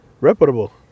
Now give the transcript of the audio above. reputable